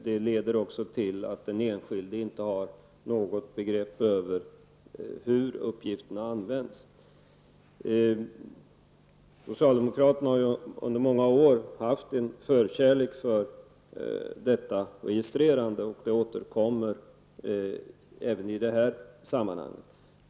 Det leder också till att den enskilde inte har något begrepp om hur uppgifterna används. Socialdemokraterna har ju under många år haft en förkärlek för detta registrerande, och det återkommer även i det här sammanhanget.